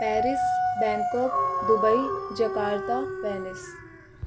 Paris Bangkok Dubai Jakarta Venice